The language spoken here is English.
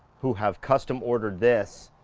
who have custom ordered this,